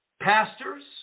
Pastors